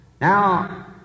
Now